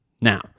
Now